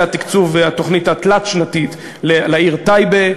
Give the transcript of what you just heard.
תקצוב התוכנית התלת-שנתית לעיר טייבה,